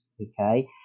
Okay